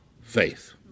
faith